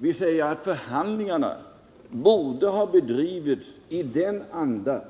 Vi säger att förhandlingarna borde ha bedrivits i den anda